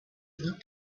looked